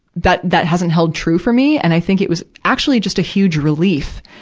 that, that hasn't held true for me. and i think it was, actually just a huge relief,